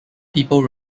people